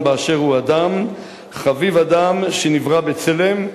באשר הוא אדם: "חביב אדם שנברא בצלם.